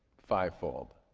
fivefold.